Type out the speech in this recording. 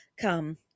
come